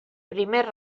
primer